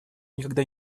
никогда